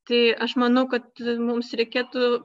tai aš manau kad mums reikėtų